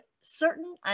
certain